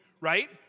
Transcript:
Right